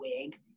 wig